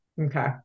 Okay